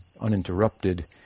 uninterrupted